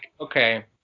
okay